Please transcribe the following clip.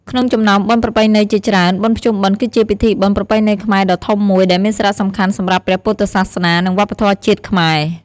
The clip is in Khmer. ក្នុងចំណោមបុណ្យប្រពៃណីជាច្រើន បុណ្យភ្ជុំបិណ្ឌគឺជាពិធីបុណ្យប្រពៃណីខ្មែរដ៏ធំំមួយ ដែលមានសារៈសំខាន់សម្រាប់ព្រះពុទ្ធសាសនា និងវប្បធម៌ជាតិខ្មែរ។